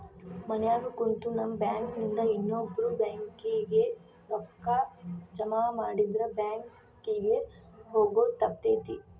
ಮನ್ಯಾಗ ಕುಂತು ನಮ್ ಬ್ಯಾಂಕ್ ನಿಂದಾ ಇನ್ನೊಬ್ಬ್ರ ಬ್ಯಾಂಕ್ ಕಿಗೆ ರೂಕ್ಕಾ ಜಮಾಮಾಡಿದ್ರ ಬ್ಯಾಂಕ್ ಕಿಗೆ ಹೊಗೊದ್ ತಪ್ತೆತಿ